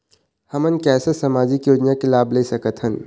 हमन कैसे सामाजिक योजना के लाभ ले सकथन?